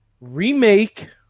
remake